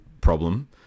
problem